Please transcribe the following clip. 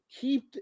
keep –